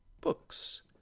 books